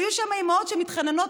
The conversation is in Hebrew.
היו שם אימהות שמתחננות,